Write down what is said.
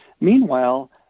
Meanwhile